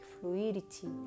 fluidity